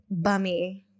bummy